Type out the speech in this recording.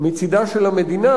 מצדה של המדינה,